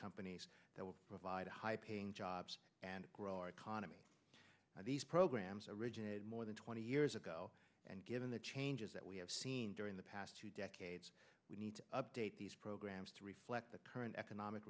companies that will provide high paying jobs and grow our economy these programs originated more than twenty years ago and given the changes that we have seen during the past two decades we need to update these programs to reflect the current economic